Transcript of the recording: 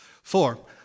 Four